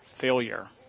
failure